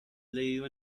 leído